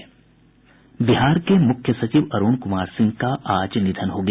बिहार के मुख्य सचिव अरुण क्मार सिंह का आज निधन हो गया